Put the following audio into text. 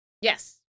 Yes